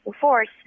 force